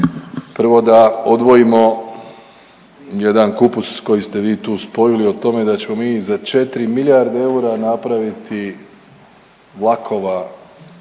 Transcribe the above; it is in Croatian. prvo da odvojimo jedan kupus koji ste vi tu spojili o tome da ćemo mi za 4 milijarde eura napraviti vlakova